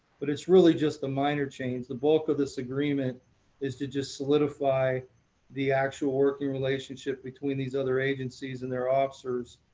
but it's really just a minor change. the bulk of this agreement is to just solidify the actual working relationship between these other agencies and their officers.